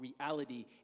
reality